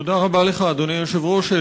תודה רבה לך, אדוני היושב-ראש.